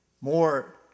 more